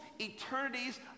eternities